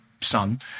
son